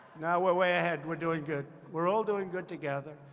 no, we're way ahead. we're doing good. we're all doing good together.